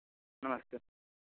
नमस्ते